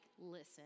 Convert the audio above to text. listen